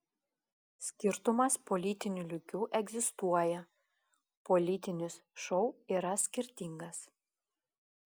skirtumas politiniu lygiu egzistuoja politinis šou yra skirtingas